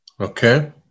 Okay